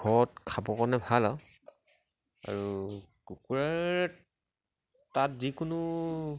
ঘৰত খাব কাৰণে ভাল আৰু আৰু কুকুৰাৰ তাত যিকোনো